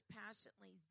passionately